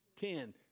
Ten